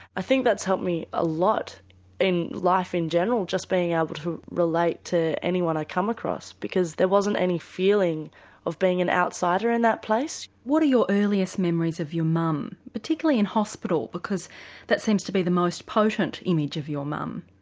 i think that's helped me a lot in life in general just being able to relate to anyone i come across because there wasn't any feeling of being an outsider in that place. what are your earliest memories of your mum, particularly in hospital because that seems to be the most potent image of your mum?